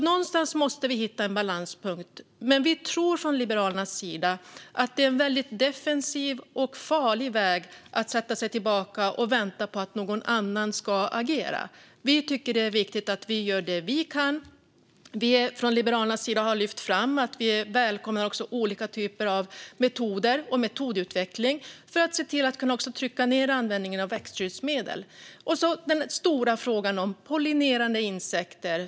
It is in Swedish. Någonstans måste vi hitta en balanspunkt, men vi tror från Liberalernas sida att det är en väldigt defensiv och farlig väg att sätta sig och vänta på att någon annan ska agera. Vi tycker att det är viktigt att vi gör det vi kan. Vi har från Liberalernas sida lyft fram att vi välkomnar olika typer av metoder och metodutveckling för att se till att kunna trycka ned användningen av växtskyddsmedel. Vi har också den stora frågan om pollinerande insekter.